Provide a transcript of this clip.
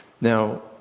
Now